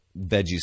veggies